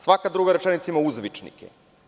Svaka druga rečenica ima uzvičnike.